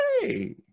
hey